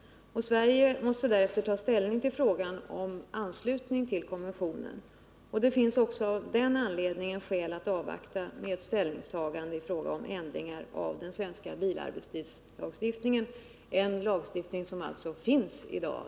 Sverige måste därefter ta ställning till frågan om anslutning till konventionen. Det finns också av den anledningen skäl att avvakta med ett ställningstagande i fråga om ändringar av den svenska bilarbetstidslagstiftningen —en lagstiftning som alltså finns i dag.